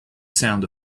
sound